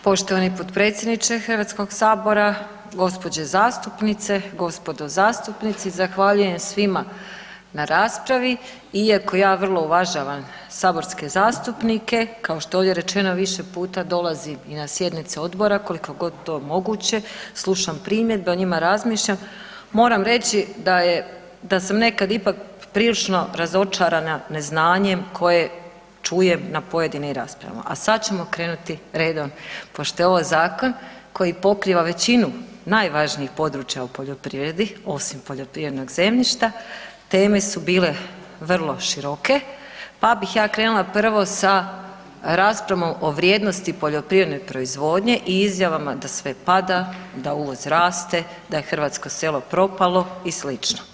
Poštovani potpredsjedniče Hrvatskog sabora, gospođe zastupnice, gospodo zastupnici, zahvaljujem svima na raspravi iako ja vrlo uvažavam saborske zastupnike kao što je ovdje rečeno više puta dolazim i na sjednice odbora, koliko god to moguće, slušam primjedbe, o njima razmišljam, moram reći da je, da sam nekad ipak prilično razočarana neznanjem koje čujem na pojedinim raspravama, a sad ćemo krenuti redom pošto je ovo zakon koji pokriva većinu najvažnijih područja u poljoprivredi osim poljoprivrednog zemljišta teme su bile vrlo široke, pa bih ja prvo krenula sa raspravom o vrijednosti poljoprivredne proizvodnje i izjavama da sve pada, da uvoz raste, da je hrvatsko selo propalo i slično.